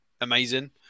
amazing